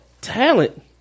talent